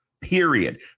period